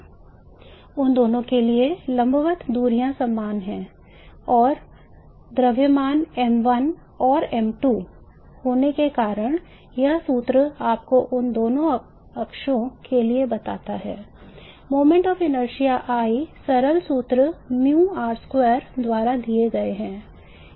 उन दोनों के लिए लंबवत दूरियां समान हैं और द्रव्यमान m1 और m2 होने के कारण यह सूत्र आपको उन दोनों अक्षों के लिए बताता है moments of inertia I सरल सूत्र μr2 द्वारा दिए गए हैं